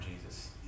Jesus